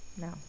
No